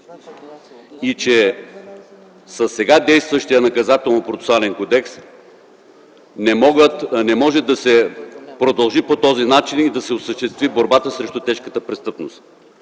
и че със сега действащия Наказателно-процесуален кодекс не може да се продължи по този начин и да се осъществи борбата срещу тежката престъпност.